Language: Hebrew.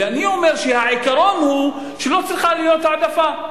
ואני אומר שהעיקרון הוא שלא צריכה להיות העדפה,